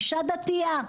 אישה דתיה,